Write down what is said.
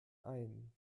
ein